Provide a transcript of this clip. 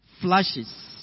flashes